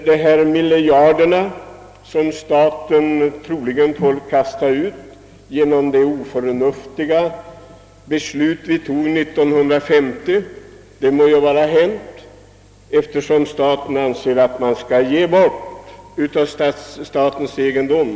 Det må vara hänt att staten får kasta ut miljarder genom det oförnuftiga be slut som vi fattade år 1950, eftersom det anses att den skall ge bort sin egendom.